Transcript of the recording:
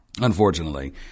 unfortunately